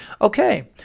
Okay